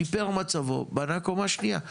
שיפר מצבו, בנה קומה שניה.